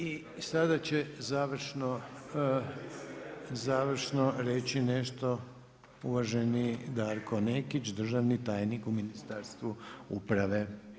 I sada će završno reći nešto uvaženi Darko Nekić, državni tajnik u Ministarstvu uprave.